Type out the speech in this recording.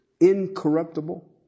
incorruptible